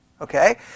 Okay